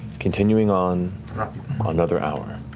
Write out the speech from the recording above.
continuing on another hour. a